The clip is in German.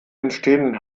entstehenden